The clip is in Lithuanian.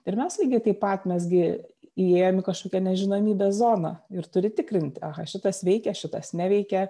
ir mes lygiai taip pat mes gi įėjom į kažkokią nežinomybės zoną ir turi tikrint aha šitas veikia šitas neveikia